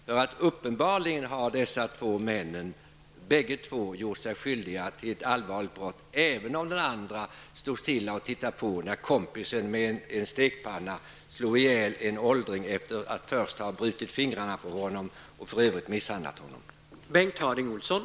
Dessa två män har uppenbarligen bägge två gjort sig skyldiga till ett allvarligt brott, även om den ene stod stilla och tittade på när kompisen slog ihjäl en åldring med en stekpanna efter att först ha brutit fingrarna på honom och misshandlat honom i övrigt.